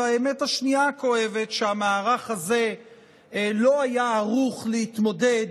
האמת השנייה הכואבת: שהמערך הזה לא היה ערוך להתמודד